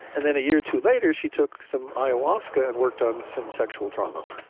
and then a year or two later she took some ayahuasca and worked on some sexual trauma.